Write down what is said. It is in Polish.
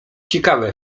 ciekawe